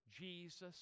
Jesus